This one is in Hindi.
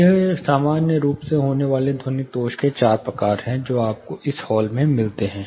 ये सामान्य रूप से होने वाले ध्वनिक दोष के चार प्रकार हैं जो आपको एक हॉल में मिलते हैं